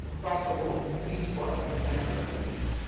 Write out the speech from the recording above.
talks about fees for international application.